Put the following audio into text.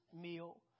meal